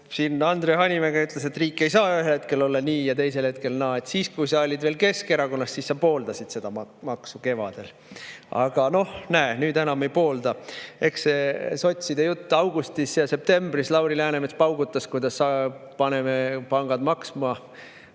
Andre Hanimägi ütles, et riik ei saa ühel hetkel olla nii ja teisel hetkel naa. Kevadel, kui sa olid veel Keskerakonnas, pooldasid sa seda maksu. Aga, näe, nüüd enam ei poolda. Eks see sotside jutt augustis ja septembris [erineb]. Lauri Läänemets paugutas, kuidas nad panevad pangad maksma,